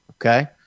okay